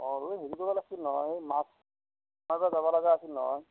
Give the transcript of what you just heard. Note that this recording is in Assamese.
অ' এই হেৰি কৰিব লাগছিল নহয় এই মাছ মাৰিব যাব লগা আছিল নহয়